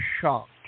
shocked